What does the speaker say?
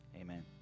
amen